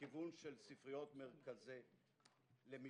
לכיוון ספריות מרכזי למידה.